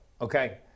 okay